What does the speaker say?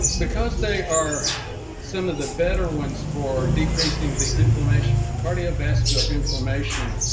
because they are some of the better ones for decreasing the inflammation the cardiovascular inflammation